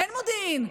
אין מודיעין,